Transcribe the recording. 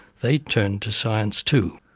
they turned to science too,